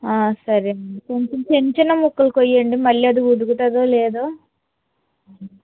ఆ సరే అండి కొంచెం చిన్నచిన్న ముక్కలు కోయండి అది ఉడుకుతుందో లేదో